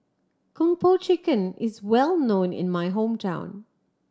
Kung Po Chicken is well known in my hometown